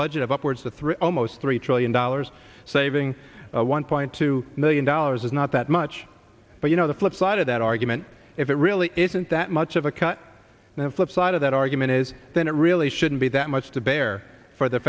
budget of upwards of three almost three trillion dollars saving one point two million dollars is not that much but you know the flip side of that argument if it really isn't that much of a cut and the flipside of that argument is that it really shouldn't be that much to bear for the